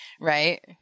Right